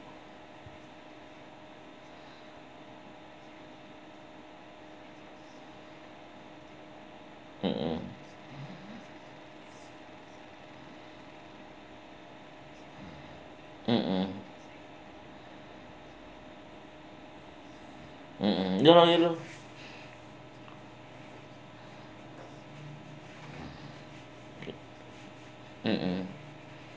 mmhmm mmhmm mmhmm ya lor ya lor mmhmm